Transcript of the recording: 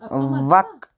وق